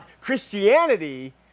Christianity